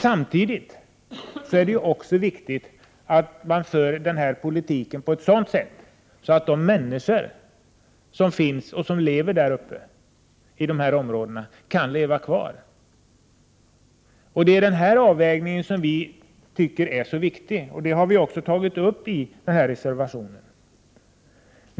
Samtidigt är det också viktigt att man för denna politik på ett sådant sätt att de människor som lever i dessa områden kan leva kvar. Det är denna avvägning vi tycker är så viktig. Det har vi också tagit upp i en reservation.